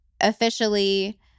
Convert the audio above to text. officially